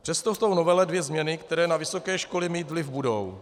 Přesto jsou v novele dvě změny, které na vysoké školy mít vliv budou.